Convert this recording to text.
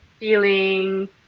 feeling